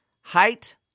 Height